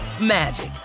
magic